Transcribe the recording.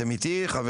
אתם איתי חברים?